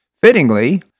Fittingly